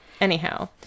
anyhow